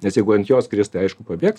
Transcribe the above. nes jeigu ant jos krist tai aišku pabėgs